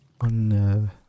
on